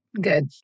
good